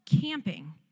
camping